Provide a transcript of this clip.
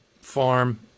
farm